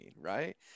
Right